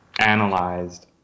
analyzed